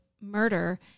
murder